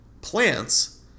plants